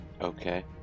Okay